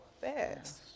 fast